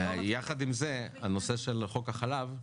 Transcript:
יחד עם זה, נושא חוק החלב,